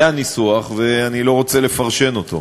זה הניסוח, ואני לא רוצה לפרשן אותו.